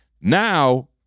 Now